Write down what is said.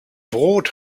brot